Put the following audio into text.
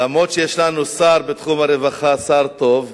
למרות שיש לנו שר בתחום הרווחה, שר טוב,